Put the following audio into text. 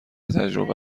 تجربه